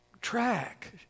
track